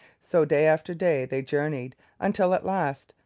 so day after day they journeyed until at last,